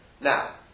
Now